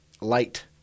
Light